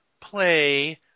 play